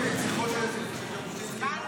זה גדול